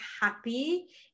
happy